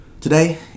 Today